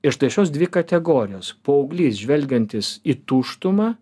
ir štai šios dvi kategorijos paauglys žvelgiantis į tuštumą